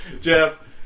Jeff